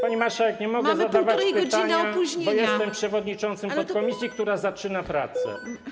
Pani marszałek, nie mogę zadać pytań, bo jestem przewodniczącym podkomisji, która zaczyna pracę.